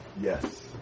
Yes